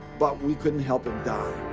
but we couldn't help him die.